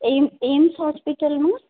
M एमस hospital मां